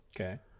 Okay